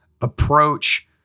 approach